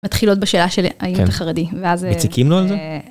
מתחילות בשאלה של האם אתה חרדי ואז ... מציקים לו על זה?